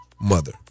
mother